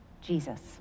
Jesus